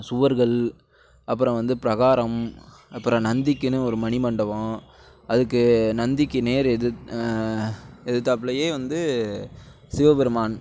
சுவர்கள் அப்புறம் வந்து பிரகாரம் அப்புறம் நந்திக்குன்னு ஒரு மணி மண்டபம் அதுக்கு நந்திக்கு நேர் எதுத் எதுத்தாப்பலயே வந்து சிவபெருமான்